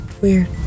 weird